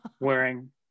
wearing